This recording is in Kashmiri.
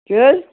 کہِ حظ